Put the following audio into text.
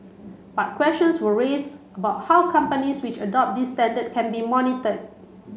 but questions were raised about how companies which adopt this standard can be monitored